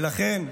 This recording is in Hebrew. ולכן,